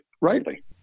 rightly